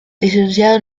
licenciado